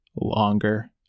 longer